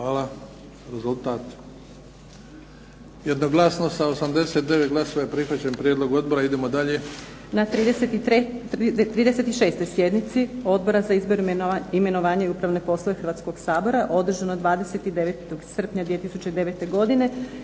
Hvala. Rezultat? Jednoglasno sa 89 glasova je prihvaćen prijedlog odbora. Idemo dalje.